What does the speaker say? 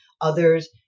Others